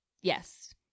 yes